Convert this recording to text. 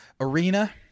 arena